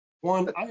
One